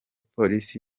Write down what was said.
polisi